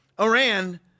Iran